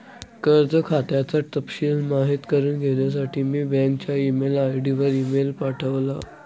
कर्ज खात्याचा तपशिल माहित करुन घेण्यासाठी मी बँकच्या ई मेल आय.डी वर मेल पाठवला